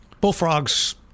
Bullfrogs